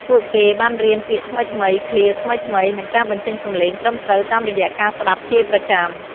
ពួកគេបានរៀនពាក្យថ្មីៗ ឃ្លាថ្មីៗ និងការបញ្ចេញសំឡេងត្រឹមត្រូវតាមរយៈការស្តាប់ជាប្រចាំ។